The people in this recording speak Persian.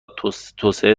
توسعه